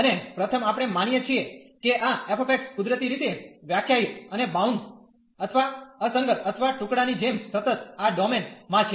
અને પ્રથમ આપણે માનીએ છીએ કે આ f કુદરતી રીતે વ્યાખ્યાયિત અને બાઉન્ડ અથવા અસંગત અથવા ટુકડાની જેમ સતત આ ડોમેન માં છે